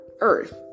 earth